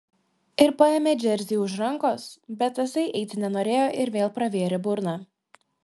ir paėmė džersį už rankos bet tasai eiti nenorėjo ir vėl pravėrė burną